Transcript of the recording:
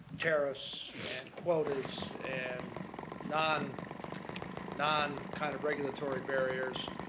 tariffs, and quotas, and non non kind of regulatory barriers.